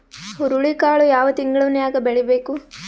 ಹುರುಳಿಕಾಳು ಯಾವ ತಿಂಗಳು ನ್ಯಾಗ್ ಬೆಳಿಬೇಕು?